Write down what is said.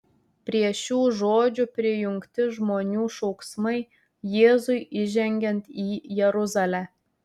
prie šių žodžių prijungti žmonių šauksmai jėzui įžengiant į jeruzalę